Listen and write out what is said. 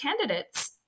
candidates